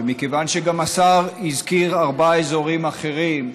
ומכיוון שהשר הזכיר ארבעה אזורים אחרים,